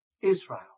Israel